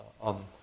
on